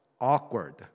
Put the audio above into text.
awkward